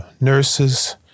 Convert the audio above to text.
nurses